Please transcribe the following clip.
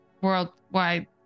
worldwide